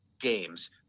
games